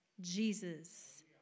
Jesus